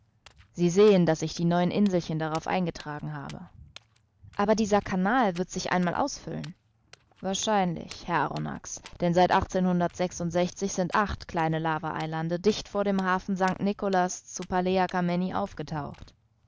sie sehen daß ich die neuen inselchen darauf eingetragen habe aber dieser canal wird sich einmal ausfüllen wahrscheinlich herr arronax denn seit sind acht kleine lava eilande dicht vor dem hafen st nicolas zu palea kamenni aufgetaucht